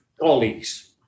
colleagues